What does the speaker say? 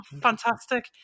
fantastic